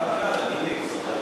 הצעתו של ניצן